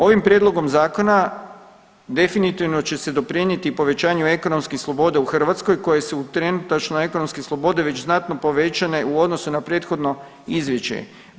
Ovim prijedlogom zakona definitivno će se doprinjeti povećanju ekonomskih sloboda u Hrvatskoj koje su trenutačno ekonomske slobode već znatno povećane u odnosu na prethodno izvješće.